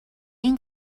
این